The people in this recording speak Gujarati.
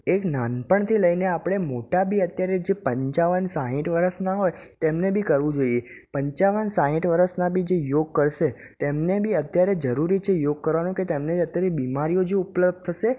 એક નાનપણથી લઈને આપણે મોટા બી અત્યારે જે પંચાવન સાઠ વરસના હોય તેમને બી કરવું જોઈએ પંચાવન સાઠ વર્ષના બી જે યોગ કરશે તેમને બી અત્યારે જરૂરી છે યોગ કરવાનું કે તેમને અત્યારે બીમારીઓ જે ઉપલબ્ધ થશે